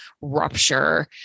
rupture